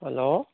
hello